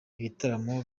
ibitaramo